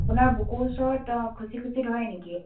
আপোনাৰ বুকুৰ ওচৰত খুচি খুচি ধৰে নেকি